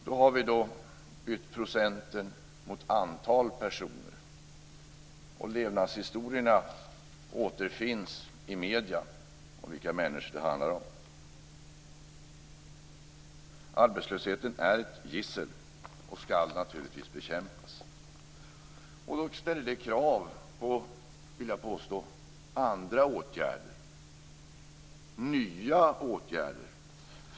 Vi har då bytt ut procenten mot antalet personer. Levnadshistorierna återfinns i medierna. Där framgår vilka människor det handlar om. Arbetslösheten är ett gissel och skall naturligtvis bekämpas. Det ställer, vill jag påstå, krav på andra åtgärder, på nya åtgärder.